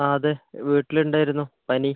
ആ അതേ വീട്ടിൽ ഉണ്ടായിരുന്നു പനി